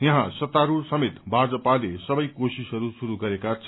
यहाँ सत्तारूढ़ समेत भाजपाले सबै कोशिशहरू शुरू गरेका छन्